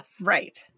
Right